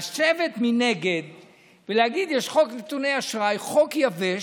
לשבת מנגד ולהגיד: יש חוק נתוני אשראי, חוק יבש,